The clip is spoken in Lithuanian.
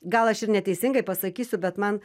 gal aš ir neteisingai pasakysiu bet man